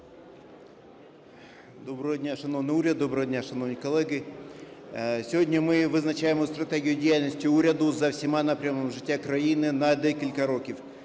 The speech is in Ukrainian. Доброго дня, шановний уряд, доброго дня, шановні колеги! Сьогодні ми визначаємо стратегію діяльності уряду за всіма напрямами життя країни на декілька років.